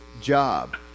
job